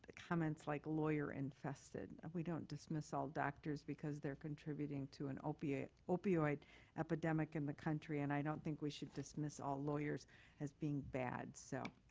comments like lawyer invested. we don't dismiss all doctors because they're contributing to an opioid opioid epidemic in the country. and i don't think we should dismiss all always as being bad. so,